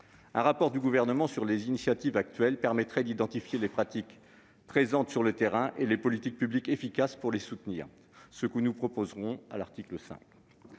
Un rapport du Gouvernement sur les initiatives actuelles permettrait d'identifier les pratiques mises en oeuvre sur le terrain et les politiques publiques efficaces pour les soutenir. C'est ce que nous proposerons à l'article 5.